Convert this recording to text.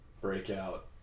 breakout